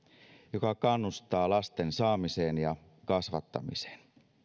joka kannustaa lasten saamiseen ja kasvattamiseen